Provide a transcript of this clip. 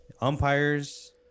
Umpires